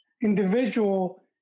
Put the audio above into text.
individual